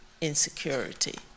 insecurity